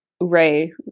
Ray